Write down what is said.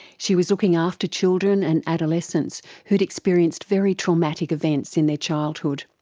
she was looking after children and adolescents who'd experienced very traumatic events in their childhood.